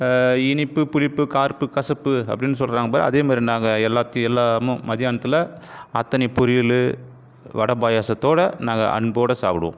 இனிப்பு புளிப்பு கார்ப்பு கசப்பு அப்படின்னு சொல்கிறாங்க பார் அதே மாதிரி நாங்கள் எல்லாத்தையும் எல்லாமும் மத்தியானதுல அத்தனை பொரியல் வடை பாயசத்தோடு நாங்கள் அன்போடு சாப்பிடுவோம்